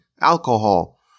alcohol